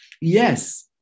Yes